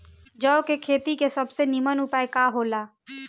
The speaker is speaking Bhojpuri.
जौ के खेती के सबसे नीमन उपाय का हो ला?